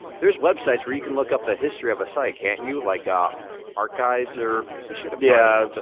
there's websites where you can look up the history of a site, can't you? like ah archives, or, we should have yeah,